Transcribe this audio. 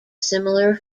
similar